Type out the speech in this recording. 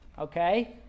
Okay